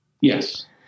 Yes